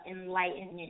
enlightenment